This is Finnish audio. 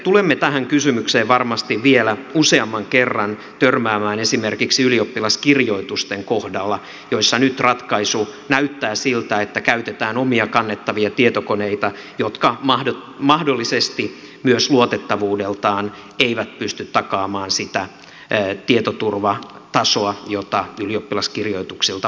tulemme tähän kysymykseen varmasti vielä useamman kerran törmäämään esimerkiksi ylioppilaskirjoitusten kohdalla joissa nyt ratkaisu näyttää siltä että käytetään omia kannettavia tietokoneita jotka mahdollisesti myös luotettavuudeltaan eivät pysty takaamaan sitä tietoturvatasoa jota ylioppilaskirjoituksilta vaaditaan